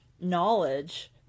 knowledge